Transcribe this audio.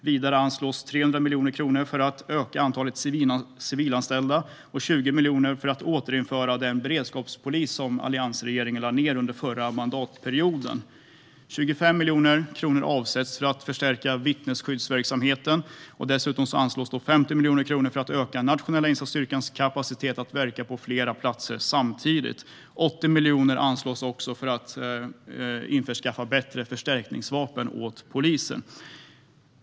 Vidare anslås 300 miljoner kronor för att öka antalet civilanställda, och 20 miljoner anslås för att återinföra den beredskapspolis alliansregeringen lade ned under förra mandatperioden. Vi avsätter 25 miljoner kronor till att förstärka vittnesskyddsverksamheten, och dessutom anslås 50 miljoner kronor för att öka den nationella insatsstyrkans kapacitet att verka på flera platser samtidigt. 80 miljoner anslås också för att införskaffa bättre förstärkningsvapen åt polisen.